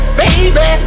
baby